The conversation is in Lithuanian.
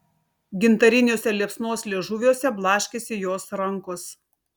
gintariniuose liepsnos liežuviuose blaškėsi jos rankos